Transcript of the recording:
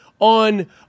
on